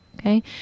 Okay